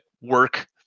work